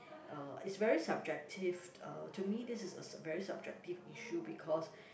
uh is very subjective uh to me this is a very subjective issue because